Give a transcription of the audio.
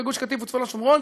בגוש-קטיף וצפון-השומרון,